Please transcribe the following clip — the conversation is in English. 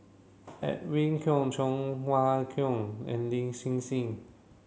Edwin Koek Cheng Wai Keung and Lin Hsin Hsin